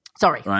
Sorry